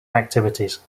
activities